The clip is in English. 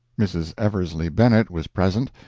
mrs. eversly bennett was present.